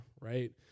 right